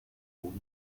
boden